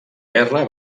guerra